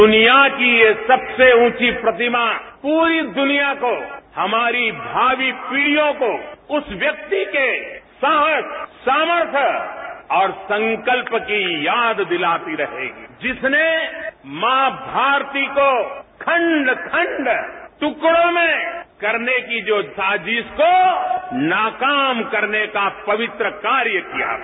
दुनिया की ये सबसे ऊंची प्रतिमा पूरी दुनिया को हमारी भावी पीढ़ियों को उस व्यक्ति के साहस सामर्थय और संकल्प की याद दिलाती रहेगी जिसने मां भारती को खंड खंड ट्कड़ों में करने की जो साजिश को नाकाम करने का पवित्र कार्य किया है